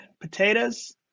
potatoes